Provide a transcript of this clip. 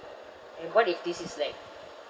and what if this is like